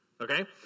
Okay